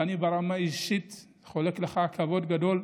ואני ברמה אישית חולק לך כבוד גדול,